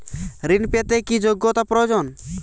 ঋণ পেতে কি যোগ্যতা প্রয়োজন?